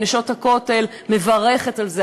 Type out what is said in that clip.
"נשות הכותל" מברכת על זה,